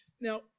Now